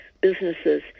businesses